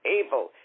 able